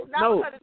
No